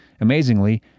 Amazingly